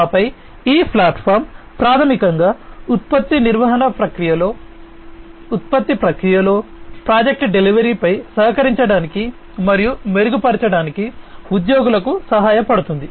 ఆపై ఈ ప్లాట్ఫాం ప్రాథమికంగా ఉత్పత్తి నిర్వహణ ప్రక్రియలో ఉత్పత్తి ప్రక్రియలో ప్రాజెక్ట్ డెలివరీపై సహకరించడానికి మరియు మెరుగుపరచడానికి ఉద్యోగులకు సహాయపడుతుంది